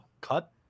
cut